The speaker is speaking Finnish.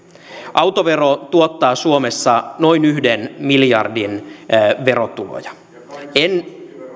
autovero tuottaa suomessa noin yhden miljardin verotuloja en